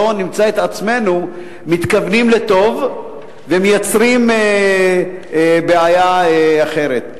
שלא נמצא את עצמנו מתכוונים לטוב ומייצרים בעיה אחרת.